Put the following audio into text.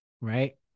right